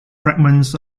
fragments